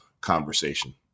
conversation